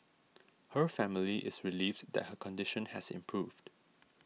her family is relieved that her condition has improved